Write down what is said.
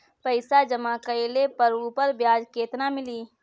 पइसा जमा कइले पर ऊपर ब्याज केतना मिली?